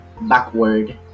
backward